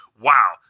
wow